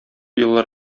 еллар